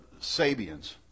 Sabians